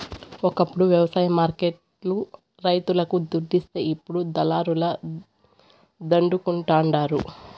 ఒకప్పుడు వ్యవసాయ మార్కెట్ లు రైతులకు దుడ్డిస్తే ఇప్పుడు దళారుల దండుకుంటండారు